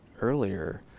earlier